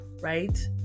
right